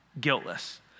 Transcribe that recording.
guiltless